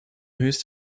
höchst